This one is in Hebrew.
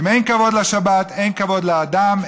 אם אין כבוד לשבת אין כבוד לאדם,